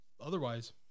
otherwise